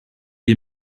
est